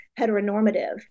heteronormative